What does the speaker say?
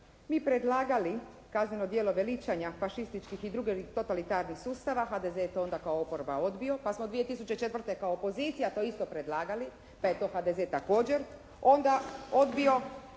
mi predlagali kazneno djelo veličanja fašističkih i drugih totalitarnih sustava, HDZ je to onda kao oporba odbio, pa smo 2004. kao opozicija to isto predlagali pa je to HDZ također onda odbio.